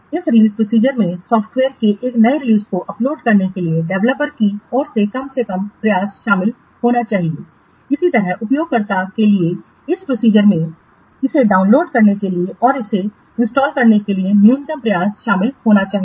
इस रिलीज प्रोसीजरमें सॉफ्टवेयर के एक नए रिलीज को अपलोड करने के लिए डेवलपर की ओर से कम से कम प्रयास शामिल होना चाहिए इसी तरह उपयोगकर्ताओं के लिए इस प्रोसीजरमें इसे डाउनलोड करने और इसे इंस्टॉल करने के लिए न्यूनतम प्रयास शामिल होना चाहिए